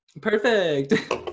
Perfect